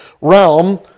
realm